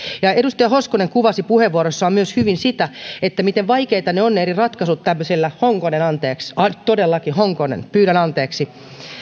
edustaja hoskonen kuvasi puheenvuorossaan myös hyvin sitä miten vaikeita ovat eri ratkaisut tämmöisillä honkonen anteeksi todellakin honkonen pyydän anteeksi